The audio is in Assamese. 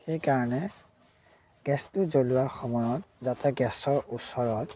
সেইকাৰণে গেছটো জ্বলোৱাৰ সময়ত যাতে গেছৰ ওচৰত